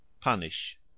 punish